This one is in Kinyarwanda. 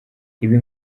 ibi